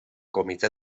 comité